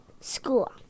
school